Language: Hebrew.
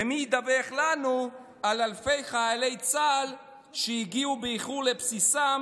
ומי ידווח לנו על אלפי חיילי צה"ל שהגיעו באיחור לבסיסם